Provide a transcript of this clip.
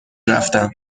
رفتم